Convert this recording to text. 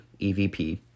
EVP